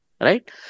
right